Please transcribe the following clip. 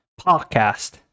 podcast